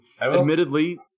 admittedly